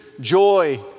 joy